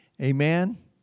Amen